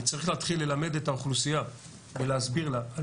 צריך להתחיל ללמד את האוכלוסייה ולהסביר לה על